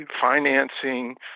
financing